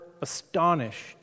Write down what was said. astonished